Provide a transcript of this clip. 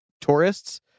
tourists